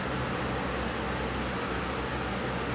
and I heard like there there will be like a second wave kan